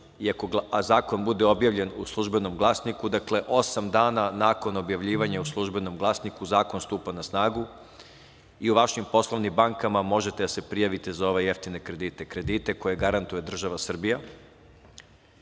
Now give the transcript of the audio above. a zakon bude objavljen u „Službenom glasniku“ osam dana nakon objavljivanja u „Službenom glasniku“ zakon stupa na snagu i u vašim poslovnim bankama možete da se prijavite za ove jeftine kredite koje garantuje država Srbija. Mi